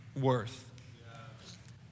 worth